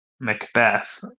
Macbeth